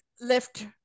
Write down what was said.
left